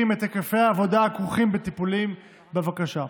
את היקפי העבודה הכרוכים בטיפולים בבקשה.